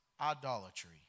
idolatry